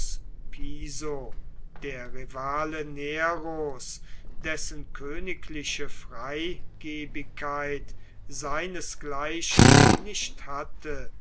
der rivale neros dessen königliche freigebigkeit seinesgleichen nicht hatte